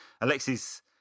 Alexis